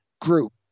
group